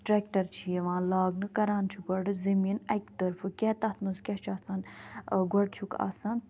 tractor چھِ یوان لاگنہٕ کَران چھ گۄڈٕ زٔمیٖن اکہِ طرفہٕ کیاہ تتھ منٛز کیاہ چھُ آسان گۄڈٕ چھُکھ آسان